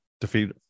defeat